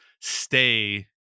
stay